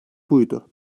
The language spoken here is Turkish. buydu